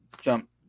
Jump